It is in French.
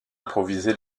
improvisé